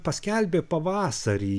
paskelbė pavasarį